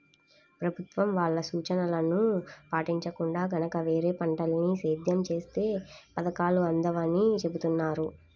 ప్రభుత్వం వాళ్ళ సూచనలను పాటించకుండా గనక వేరే పంటల్ని సేద్యం చేత్తే పథకాలు అందవని చెబుతున్నారు